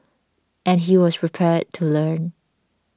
and he was prepared to learn